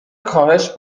کاهش